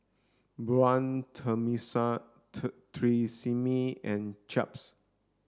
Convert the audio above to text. Braun Tresemme and Chaps